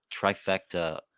trifecta